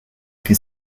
que